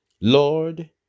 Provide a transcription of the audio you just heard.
Lord